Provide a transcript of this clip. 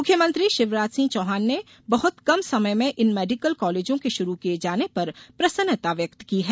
मुख्यमंत्री शिवराज सिंह चौहान ने बहत कम समय में इन मेडिकल कॉलेजों के शुरू किये जाने पर प्रसन्नता व्यक्त की है